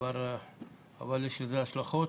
אבל יש לזה השלכות.